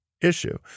issue